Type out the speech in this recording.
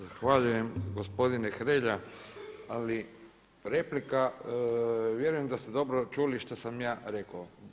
Zahvaljujem gospodine Hrelja ali replika, vjerujem da ste dobro čuli što sam ja rekao.